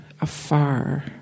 afar